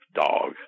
dog